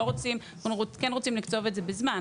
אנחנו כן רוצים לקצוב את זה בזמן.